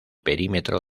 perímetro